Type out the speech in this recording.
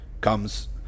comes